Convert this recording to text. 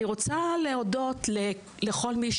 אני רוצה להודות לכל מי